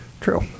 True